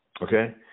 Okay